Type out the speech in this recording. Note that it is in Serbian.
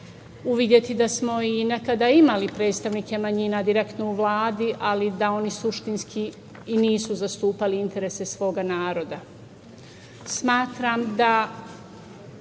uvideti da smo nekada imali predstavnike manjina direktno u Vladi, ali da oni suštinski i nisu zastupali interese svog naroda. Smatram da